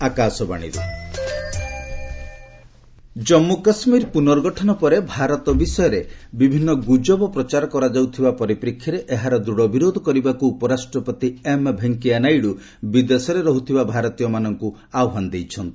ନାଇଡ଼ୁ କେକେ ଜନ୍ମୁ କାଶ୍ମୀର ପୁନର୍ଗଠନ ପରେ ଭାରତ ବିଷୟରେ ବିଭିନ୍ନ ପ୍ରକାର ମିଥ୍ୟା ତଥ୍ୟ ପ୍ରଚାର କରାଯାଉଥିବା ପରିପ୍ରେକ୍ଷୀରେ ଏହାର ଦୂଢ଼ ବିରୋଧ କରିବାକୁ ଉପରାଷ୍ଟ୍ରପତି ଏମ୍ ଭେଙ୍କିୟା ନାଇଡ଼ୁ ବିଦେଶରେ ରହୁଥିବା ଭାରତୀୟମାନଙ୍କୁ ଆହ୍ୱାନ ଦେଇଛନ୍ତି